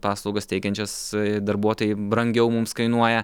paslaugas teikiančias darbuotojai brangiau mums kainuoja